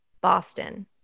Boston